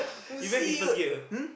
you went in first gear